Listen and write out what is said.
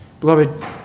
Beloved